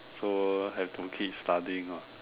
so have to keep studying lah